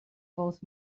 both